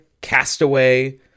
Castaway